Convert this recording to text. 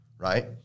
right